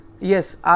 Yes